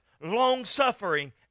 long-suffering